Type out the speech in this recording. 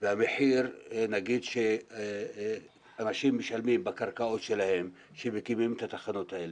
והמחיר שאנשים משלמים בקרקעות שלהם כשמקימים את התחנות האלה.